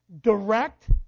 direct